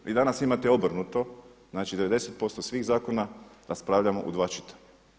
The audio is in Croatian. Vi danas imate obrnuto, znači 90% svih zakona raspravljamo u dva čitanja.